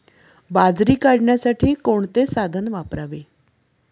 बाजरी काढण्यासाठी कोणते साधन वापरावे?